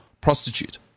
prostitute